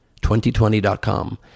2020.com